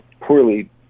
poorly